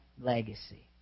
legacy